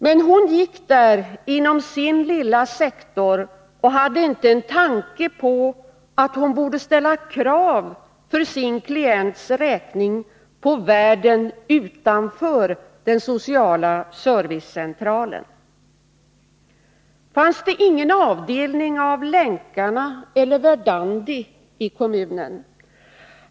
Men hon gick där inom sin lilla sektor och hade inte en tanke på att hon borde ställa krav för sin klients räkning på världen utanför den sociala servicecentralen. Fanns det ingen avdelning av Länkarna eller Verdandi i kommunen?